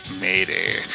Mayday